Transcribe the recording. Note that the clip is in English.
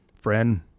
Friend